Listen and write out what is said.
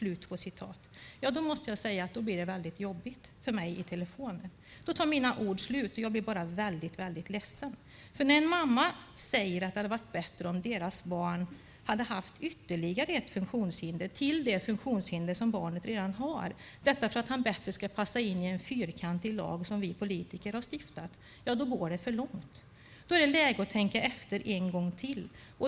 Jag måste säga att det då blev jobbigt för mig i telefon. Mina ord tog slut och jag blev väldigt, väldigt ledsen. När en mamma säger att det hade varit bättre om deras barn hade haft ytterligare ett funktionshinder - till det funktionshinder som barnet redan har - för att han bättre skulle passa in i en fyrkantig lag som vi politiker stiftat går det för långt. Då är det läge att tänka efter en gång till.